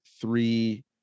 three